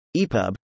EPUB